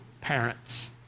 parents